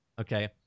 Okay